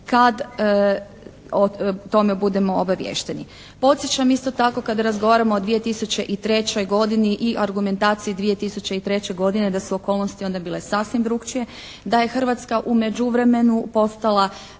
kad o tome budemo obaviješteni. Podsjećam isto tako kad razgovaramo o 2003. godini i argumentaciji 2003. godine da su okolnosti onda bile sasvim drukčije. Da je Hrvatska u međuvremenu postala